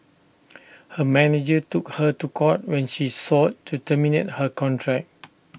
her manager took her to court when she sought to terminate her contract